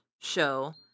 show